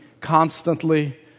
constantly